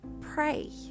pray